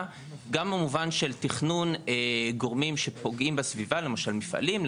גם במובן של תכנון גורמים שפוגעים בסביבה למשל מפעלים,